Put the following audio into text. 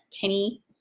Penny